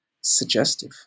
suggestive